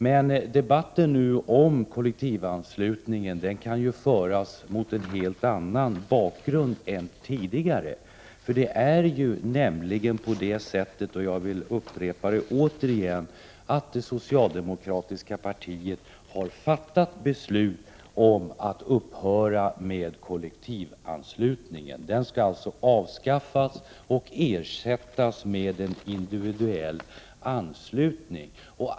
Men debatten om kollektivanslutningen kan nu föras mot en helt annan bakgrund än tidigare, för, det vill jag upprepa, det socialdemokratiska partiet har fattat beslut om att upphöra med kollektivanslutningen. Den skall alltså avskaffas och ersättas med en individuell anslutning.